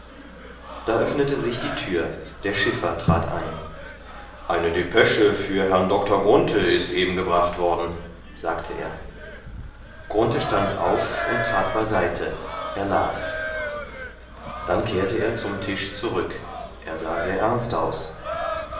da öffnete sich die tür der schiffer trat ein eine depesche für herrn dr grunthe ist eben gebracht worden sagte er grunthe stand auf und trat beiseite er las dann kehrte er zum tisch zurück er sah sehr ernst aus